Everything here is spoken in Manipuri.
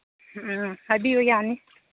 ꯑꯥ ꯍꯥꯏꯕꯤꯌꯨ ꯌꯥꯅꯤ